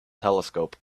telescope